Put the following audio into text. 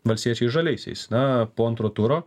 valstiečiais žaliaisiais na po antro turo